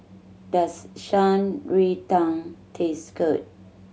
does Shan Rui Tang taste good